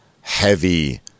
heavy